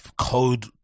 code